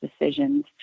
decisions